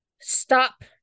stop